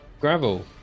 Gravel